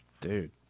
dude